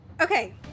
Okay